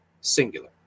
Singular